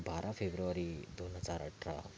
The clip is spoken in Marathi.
बारा फेब्रुवारी दोन हजार अठरा